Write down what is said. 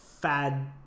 Fad